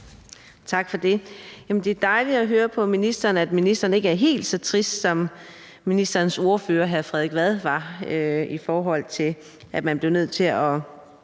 Tak for det. Det er dejligt at høre, at ministeren ikke er helt så trist, som ministerens ordfører, hr. Frederik Vad, var, i forhold til det med, at man blev nødt til at